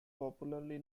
popularly